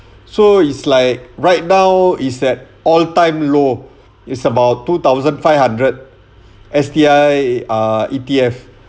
so is like right now is that all time low it's about two thousand five hundred S_T_I ah E_T_F